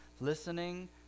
Listening